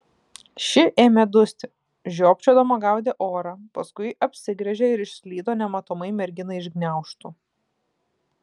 ši ėmė dusti žiopčiodama gaudė orą paskui apsigręžė ir išslydo nematomai merginai iš gniaužtų